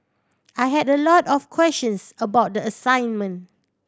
I had a lot of questions about the assignment